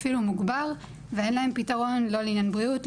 אפילו מוגבר ואין להן פתרון לא לעניין בריאות,